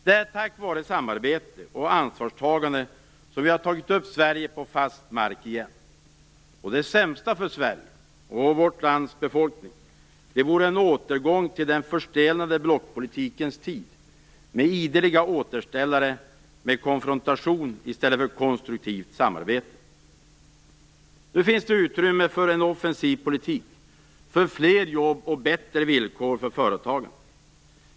Det är tack vare samarbete och ansvarstagande som vi har tagit upp Sverige på fast mark igen. Det sämsta för Sverige och vårt lands befolkning vore en återgång till den förstelnade blockpolitikens tid med ideliga återställare, med konfrontation i stället för konstruktivt samarbete. Nu finns det utrymme för en offensiv politik, för fler jobb och bättre villkor för företagen.